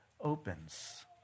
opens